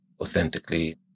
authentically